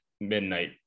midnight